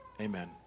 Amen